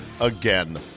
again